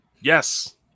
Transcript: Yes